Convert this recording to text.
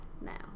now